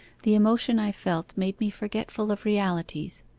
the emotion i felt made me forgetful of realities.